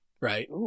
Right